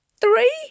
Three